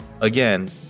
Again